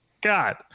God